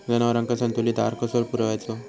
जनावरांका संतुलित आहार कसो पुरवायचो?